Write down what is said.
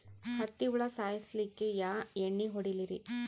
ಹತ್ತಿ ಹುಳ ಸಾಯ್ಸಲ್ಲಿಕ್ಕಿ ಯಾ ಎಣ್ಣಿ ಹೊಡಿಲಿರಿ?